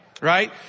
Right